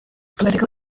political